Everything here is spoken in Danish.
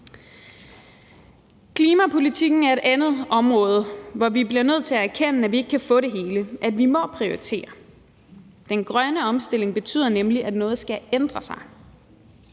Klimapolitikken er et andet område, hvor vi bliver nødt til at erkende, at vi ikke kan få det hele – at vi må prioritere. Den grønne omstilling betyder nemlig, at noget skal ændre sig.